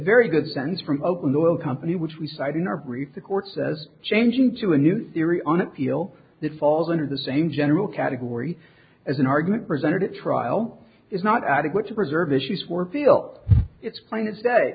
very good sentence from open oil company which reciting our brief the court says changing to a new theory on appeal that falls under the same general category as an argument presented at trial is not adequate to preserve issues where feel it's plain as day